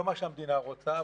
לא מה שהמדינה רוצה,